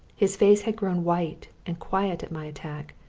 his face had grown white and quiet at my attack,